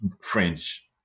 French